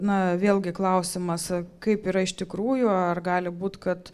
na vėlgi klausimas kaip yra iš tikrųjų ar gali būt kad